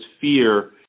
fear